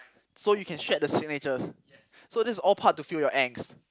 so you can shred the signatures so this all part to feel your angst